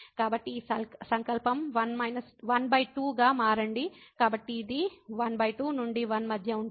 కాబట్టి ఈ సంకల్పం 12 గా మారండి కాబట్టి ఇది 12 నుండి 1 మధ్య ఉంటుంది